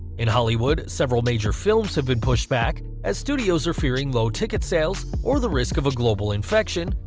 in hollywood, several major films have been pushed back, as studios are fearing low ticket sales, or the risk of a global infection,